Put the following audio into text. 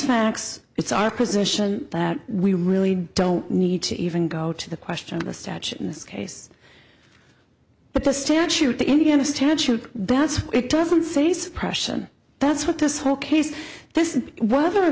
facts it's our position that we really don't need to even go to the question of the statute in this case but the statute the indiana statute that's it doesn't say suppression that's what this whole case this is whether or